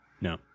no